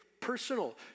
personal